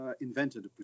invented